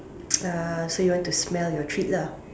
uh so you want to smell your treat lah